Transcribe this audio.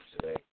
today